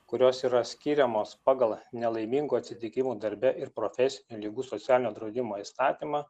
kurios yra skiriamos pagal nelaimingų atsitikimų darbe ir profesinių ligų socialinio draudimo įstatymą